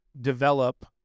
develop